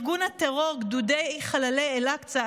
ארגון הטרור גדודי חללי אל-אקצא,